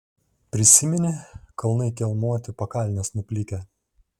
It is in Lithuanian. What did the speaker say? prisimeni kalnai kelmuoti pakalnės nuplikę